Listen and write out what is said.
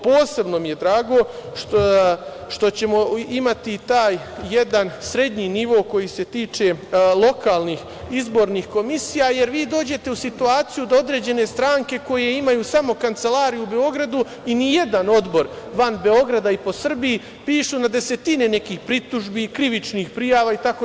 Posebno mi je drago što ćemo imati taj jedan srednji nivo koji se tiče lokalnih izbornih komisija, jer vi dođete u situaciju da određene stranke koje imaju samo kancelarije u Beogradu i nijedan odbor van Beograda i po Srbiji pišu na desetine nekih pritužbi, krivičnih prijava itd.